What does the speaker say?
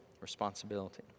responsibility